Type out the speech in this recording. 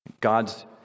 God's